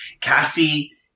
Cassie